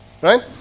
right